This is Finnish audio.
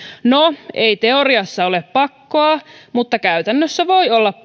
no ei teoriassa ole pakkoa mutta käytännössä voi olla